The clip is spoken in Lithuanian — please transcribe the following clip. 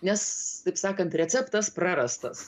nes taip sakant receptas prarastas